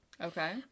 Okay